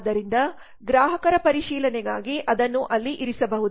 ಆದ್ದರಿಂದ ಇತರ ಗ್ರಾಹಕರ ಪರಿಶೀಲನೆಗಾಗಿ ಅದನ್ನು ಅಲ್ಲಿ ಇರಿಸಬಹುದು